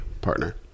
partner